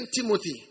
Timothy